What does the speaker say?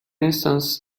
instance